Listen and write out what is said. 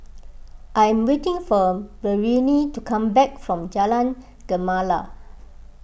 I am waiting for Marianne to come back from Jalan Gemala